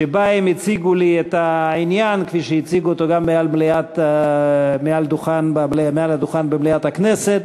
שבה הם הציגו לי את העניין כפי שהציגו אותו גם מעל הדוכן במליאת הכנסת